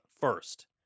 first